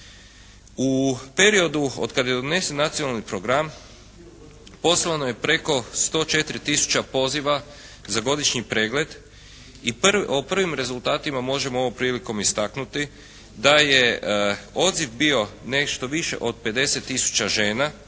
U periodu od kad je donesen nacionalni program poslano je preko 104 tisuće poziva za godišnji pregled i o prvim rezultatima možemo ovom prilikom istaknuti da je odziv bio nešto više od 50 tisuća žena